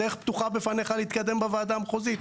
הדרך פתוחה בפניך להתקדם בוועדה מהחוזית.